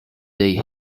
day